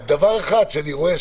רק דבר אחד שאני רואה,